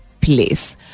place